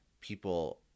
people